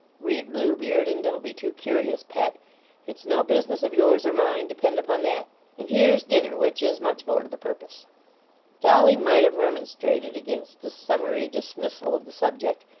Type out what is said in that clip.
read blue beard, and don't be too curious, pet it's no business of yours or mine, depend upon that and here's dinner, which is much more to the purpose dolly might have remonstrated against this summary dismissal of the subject,